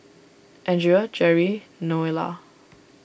andrea Jeri Noelia